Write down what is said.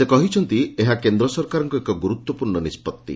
ସେ କହିଛନ୍ତି ଏହା କେନ୍ଦ୍ର ସରକାରଙ୍କ ଏକ ଗୁରୁତ୍ୱପୂର୍ଶ୍ଣ ନିଷ୍ବଉି